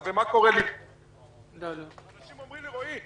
ומה קורה לי --- אנשים אומרים לי: רועי,